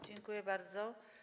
Dziękuję bardzo.